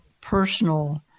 personal